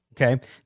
Okay